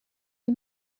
you